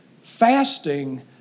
Fasting